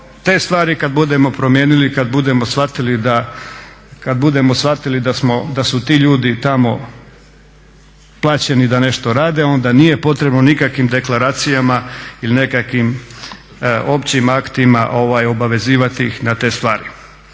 te stvari kad budemo promijenili, kad budemo shvatili da su ti ljudi tamo plaćeni da nešto rade onda nije potrebno nikakvim deklaracijama ili nekakvim općim aktima obavezivati ih na te stvari.